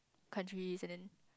countries and then